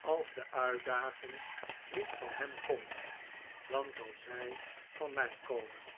als de uitdaging niet van hem komt dan zal zij van mij komen